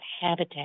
habitat